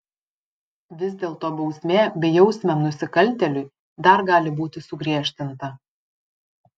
vis dėlto bausmė bejausmiam nusikaltėliui dar gali būti sugriežtinta